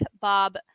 bob